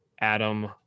Adam